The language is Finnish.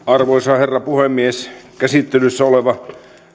arvoisa herra puhemies käsittelyssä oleva